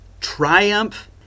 triumph